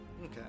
Okay